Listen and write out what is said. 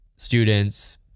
students